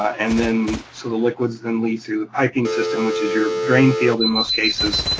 and then so the liquids then leave through the piping system, which is your drain field in most cases,